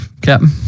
Captain